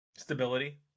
Stability